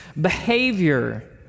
behavior